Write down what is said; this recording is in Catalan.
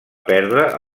perdre